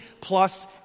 plus